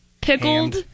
Pickled